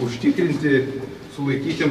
užtikrinti sulaikytiem